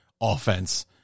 offense